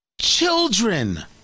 Children